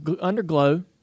Underglow